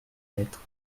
lettre